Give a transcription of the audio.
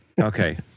Okay